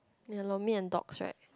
ya Lommy and Dorcas right